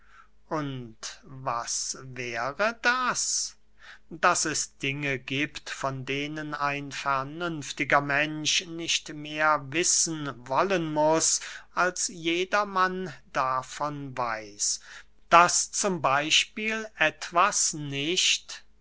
und was wäre das daß es dinge giebt von denen ein vernünftiger mensch nicht mehr wissen wollen muß als jedermann davon weiß daß z b etwas nicht